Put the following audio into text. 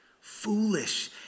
Foolish